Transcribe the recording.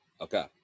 okay